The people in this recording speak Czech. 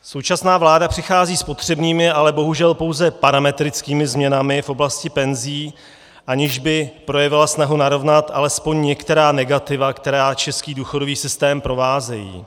Současná vláda přichází s potřebnými, ale bohužel pouze parametrickými změnami v oblasti penzí, aniž by projevila snahu narovnat alespoň některá negativa, která český důchodový systém provázejí.